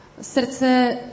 Srdce